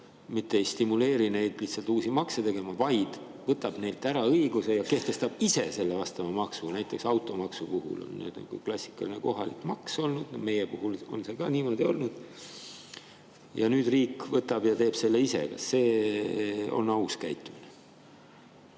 mitte ei stimuleeri neid uusi makse tegema, vaid võtab neilt selle õiguse ära ja kehtestab ise vastava maksu? Näiteks automaksu puhul – see on ju klassikaline kohalik maks olnud, meie puhul on see ka niimoodi olnud. Nüüd riik võtab ja teeb selle ise. Kas see on aus käitumine?